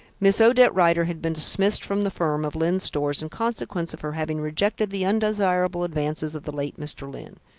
miss odette rider had been dismissed from the firm of lyne's stores in consequence of her having rejected the undesirable advances of the late mr. lyne.